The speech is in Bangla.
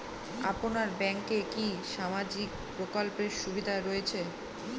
আপনার ব্যাংকে কি সামাজিক প্রকল্পের সুবিধা রয়েছে?